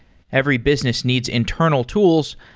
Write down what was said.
every business needs internal tools,